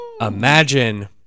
Imagine